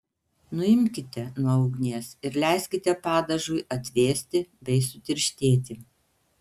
nuimkite nuo ugnies ir leiskite padažui atvėsti bei sutirštėti